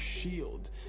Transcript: shield